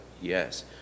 yes